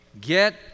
get